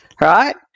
Right